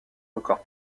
record